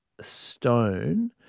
Stone